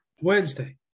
Wednesday